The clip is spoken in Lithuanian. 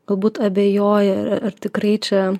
galbūt abejoja ar tikrai čia